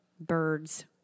birds